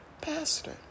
pastor